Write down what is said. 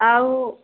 ଆଉ